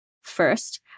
First